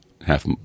half